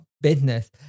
business